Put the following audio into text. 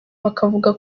bakavuga